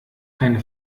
keine